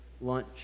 lunch